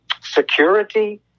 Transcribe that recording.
security